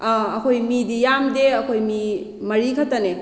ꯑꯥ ꯑꯩꯈꯣꯏ ꯃꯗꯤ ꯌꯥꯝꯗꯦ ꯑꯩꯈꯣꯏ ꯃꯤ ꯃꯔꯤ ꯈꯛꯇꯅꯦ